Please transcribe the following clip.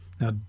Now